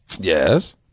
Yes